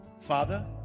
father